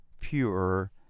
pure